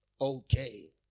Okay